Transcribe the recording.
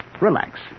Relax